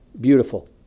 beautiful